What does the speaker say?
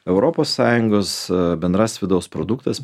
europos sąjungos bendras vidaus produktas